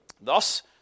Thus